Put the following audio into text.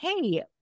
Hey